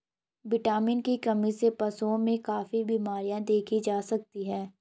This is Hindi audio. विटामिन की कमी से पशुओं में काफी बिमरियाँ देखी जा सकती हैं